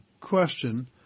question